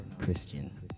Christian